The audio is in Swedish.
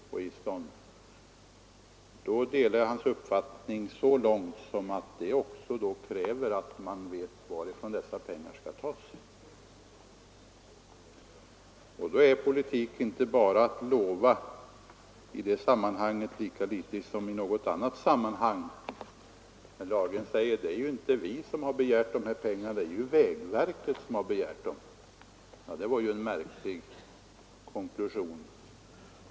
Jag delar hans uppfattning på denna punkt. Det kräver då också att man vet varifrån pengarna skall tas. Politik är inte bara att lova — i detta sammanhang lika litet som i något annat sammanhang. Herr Dahlgren säger att det inte är hans parti som begärt pengarna — det är vägverket som gjort det. Ja, det var en märklig konklusion.